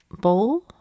bowl